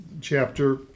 chapter